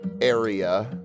area